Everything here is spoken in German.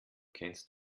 kennst